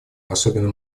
особенно